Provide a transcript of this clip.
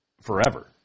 forever